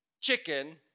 chicken